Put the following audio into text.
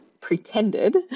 pretended